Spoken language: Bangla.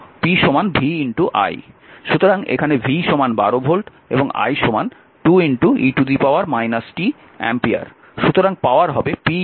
সুতরাং এখানে v 12 ভোল্ট এবং i 2e t অ্যাম্পিয়ার